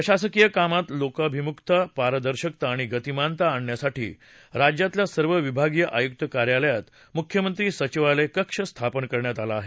प्रशासकीय कामात लोकाभिमुखता पारदर्शकता आणि गतिमानता आणण्यासाठी राज्यातल्या सर्व विभागीय आयुक्त कार्यालयात मुख्यमंत्री सचिवालय कक्ष स्थापन करण्यात आला आहे